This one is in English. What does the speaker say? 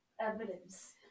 evidence